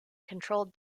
controlled